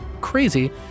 crazy